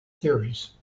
theories